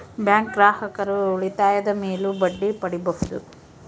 bank ಗ್ರಾಹಕರು ಉಳಿತಾಯದ ಮೇಲೂ ಬಡ್ಡಿ ಪಡೀಬಹುದು